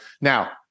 now